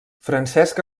francesc